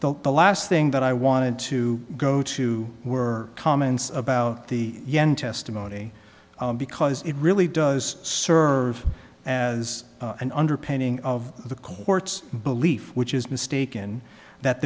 the last thing that i wanted to go to were comments about the yen testimony because it really does serve as an underpinning of the court's belief which is mistaken that